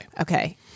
Okay